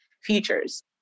features